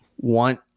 want